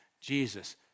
Jesus